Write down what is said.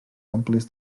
amples